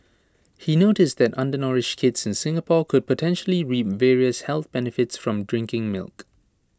he noticed that undernourished kids in Singapore could potentially reap various health benefits from drinking milk